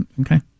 Okay